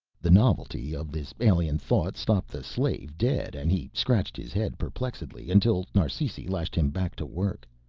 the novelty of this alien thought stopped the slave dead and he scratched his head perplexedly until narsisi lashed him back to work.